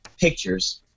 pictures